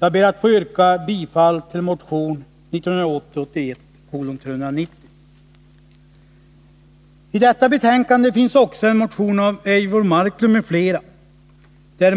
Jag ber att få yrka bifall till motion 1980/81:390. I detta betänkande behandlas också en motion av Eivor Marklund m.fl.